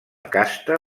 casta